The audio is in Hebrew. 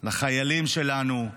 לחיילים שלנו,